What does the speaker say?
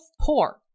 poor